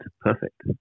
perfect